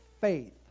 Faith